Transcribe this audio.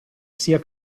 sia